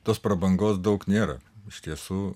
tos prabangos daug nėra iš tiesų